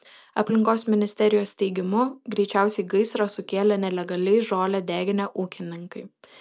aplinkos ministerijos teigimu greičiausiai gaisrą sukėlė nelegaliai žolę deginę ūkininkai